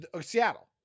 Seattle